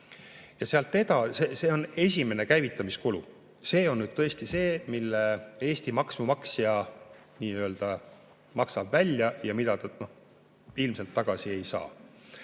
10 miljonit. See on esimene käivitamiskulu. See on nüüd tõesti see, mille Eesti maksumaksja maksab välja ja mida ta ilmselt tagasi ei saa.